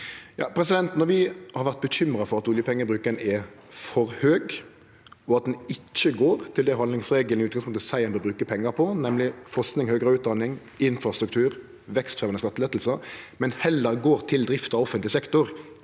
Når vi har vore bekymra for at oljepengebruken er for høg, og at han ikkje går til det handlingsregelen i utgangspunktet seier ein bør bruke pengar på, nemleg forsking og høgare utdanning, infrastruktur og vekstfremjande skattelettar, men heller går til drift av offentleg sektor